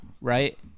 Right